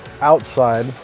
outside